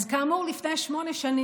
אז כאמור, לפני שמונה שנים